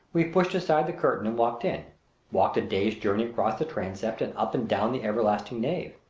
we pushed aside the curtain and walked in walked a day's journey across the transept and up and down the everlasting nave,